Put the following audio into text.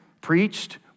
preached